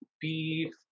beef